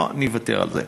לא, אני אוותר על זה.